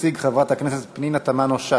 תציג חברת הכנסת פנינה תמנו-שטה.